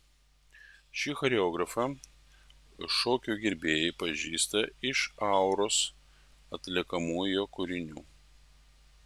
šį choreografą šokio gerbėjai pažįsta iš auros atliekamų jo kūrinių